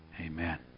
Amen